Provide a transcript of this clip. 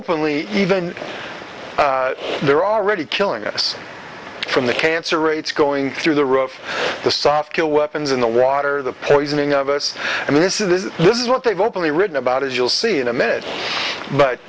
openly even if they're already killing us from the cancer rates going through the roof the soft kill weapons in the water the poisoning of us i mean this is this is what they've openly written about as you'll see in a m